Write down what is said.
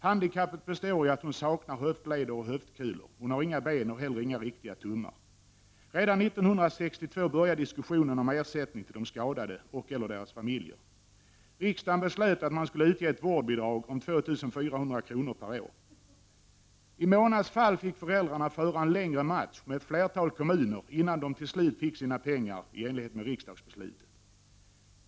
Handikappet består i att hon saknar höftleder och höftkulor, hon har inga ben och heller inga riktiga tummar. Redan 1962 började diskussionen om ersättning till de skadade och/eller deras familjer. Riksdagen beslöt att man skulle utge ett vårdbidrag om 2 400 kr. per år. I Monas fall fick föräldrarna föra en längre match med ett flertal kommuner innan de till slut fick sina pengar i enlighet med riksdagsbeslutet.